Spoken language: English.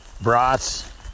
Brats